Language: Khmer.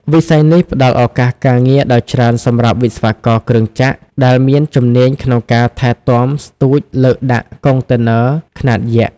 វិស័យនេះផ្តល់ឱកាសការងារដ៏ច្រើនសម្រាប់វិស្វករគ្រឿងចក្រ ដែលមានជំនាញក្នុងការថែទាំស្ទូចលើកដាក់កុងតឺន័រខ្នាតយក្ស។